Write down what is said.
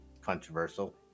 controversial